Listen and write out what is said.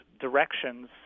directions